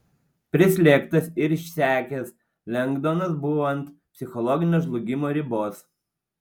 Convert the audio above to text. prislėgtas ir išsekęs lengdonas buvo ant psichologinio žlugimo ribos